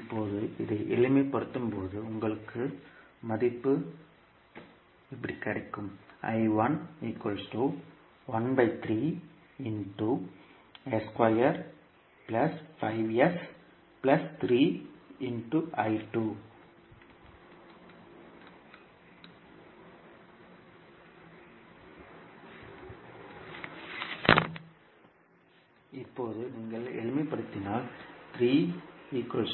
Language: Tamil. எனவே இப்போது இதை எளிமைப்படுத்தும்போது உங்களுக்கு மதிப்பு கிடைக்கும் இப்போது நீங்கள் எளிமைப்படுத்தினால் இப்போது